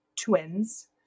twins